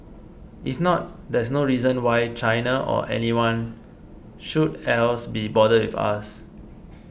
if not there's no reason why China or anyone should else be bothered with us